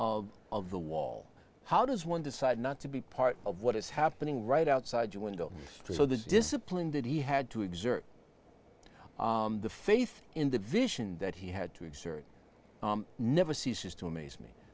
of the wall how does one decide not to be part of what is happening right outside your window so the discipline that he had to exert the faith in the vision that he had to exert never ceases to amaze me